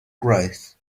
growth